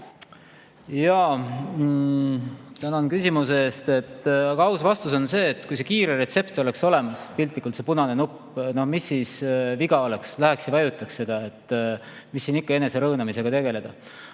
Tänan küsimuse eest! Aus vastus on see, et kui see kiire retsept oleks olemas, piltlikult öeldes punane nupp, mis siis viga oleks – läheks ja vajutaks seda, mis siin ikka rõõnamisega tegeleda.